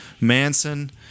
Manson